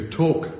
talk